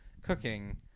cooking